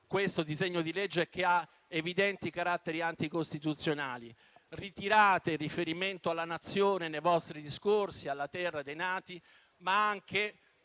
questo disegno di legge che ha evidenti caratteri anticostituzionali. Ritirate il riferimento alla Nazione nei vostri discorsi, alla terra dei nati. Ma anche,